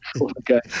Okay